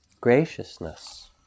graciousness